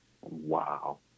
Wow